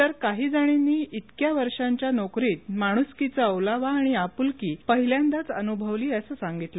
तर काहीजर्णींनी विक्या वर्षांच्या नोकरीत माणुसकीचा ओलावा आणि आपुलकी पहिल्यांदाच अनुभवली असं सांगितलं